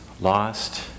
lost